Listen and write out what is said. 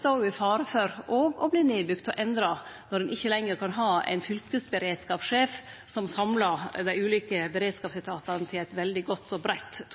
står òg i fare for å verte nedbygd og endra når ein ikkje lenger får ha ein fylkesberedskapssjef som samlar dei ulike beredskapsetatane til eit veldig godt og breitt